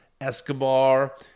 Escobar